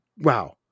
Wow